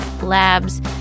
Labs